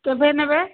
କେବେ ନେବେ